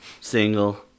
single